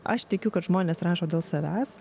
aš tikiu kad žmonės rašo dėl savęs